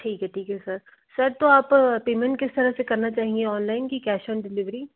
ठीक हे ठीक है सर सर तो आप पेमेंट किस तरह से करना चाहेंगे ऑनलाइन कि कैश ऑन डिलिवरी